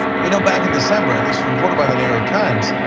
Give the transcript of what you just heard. you know back in december, and this was reported by the new york times,